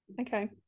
okay